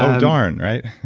ah darn. right?